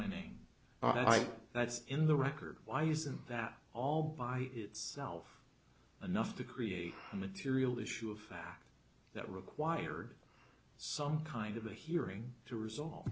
my name all right that's in the record why isn't that all by itself enough to create a material issue a fact that required some kind of a hearing to resolve